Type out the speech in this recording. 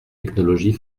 technologies